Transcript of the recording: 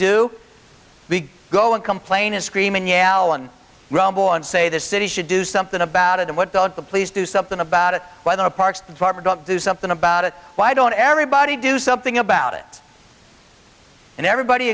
do we go and complain and scream and yell and rumble and say the city should do something about it and what don't the police do something about it when the parks do something about it why don't everybody do something about it and everybody